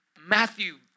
Matthew